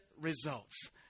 results